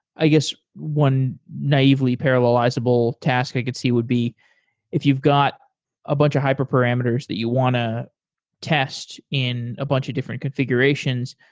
i guess one naively parallelizable task i could see would be if you've got a bunch of hyper parameters that you want to test in a bunch of different configurations,